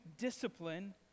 discipline